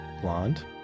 Blonde